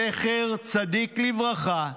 זכר צדיק לברכה,